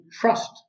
trust